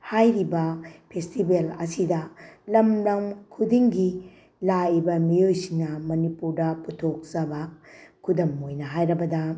ꯍꯥꯏꯔꯤꯕ ꯐꯦꯁꯇꯤꯚꯦꯜ ꯑꯁꯤꯗ ꯂꯝ ꯂꯝ ꯈꯨꯗꯤꯡꯒꯤ ꯂꯥꯛꯏꯕ ꯃꯤꯑꯣꯏꯁꯤꯡꯅ ꯃꯅꯤꯄꯨꯔꯗ ꯄꯨꯊꯣꯛꯆꯕ ꯈꯨꯗꯝ ꯑꯣꯏꯅ ꯍꯥꯏꯔꯕꯗ